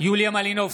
יוליה מלינובסקי,